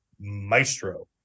maestro